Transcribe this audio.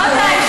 אני קוראת,